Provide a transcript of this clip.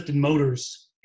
motors